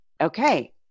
okay